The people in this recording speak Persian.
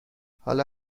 حالا